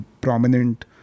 prominent